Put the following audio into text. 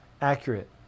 accurate